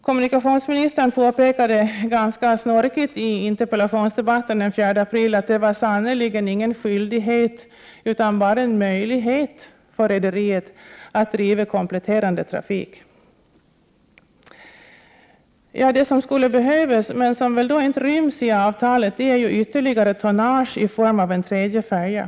Kommunikationsministern påpekade ganska snorkigt i interpellationsdebatten den 4 april att det sannerligen inte var någon skyldighet utan bara en möjlighet för rederiet att driva kompletterande trafik. Det som skulle behövas, men som väl inte ryms i avtalet, är ytterligare tonnage i form av en tredje färja.